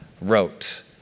wrote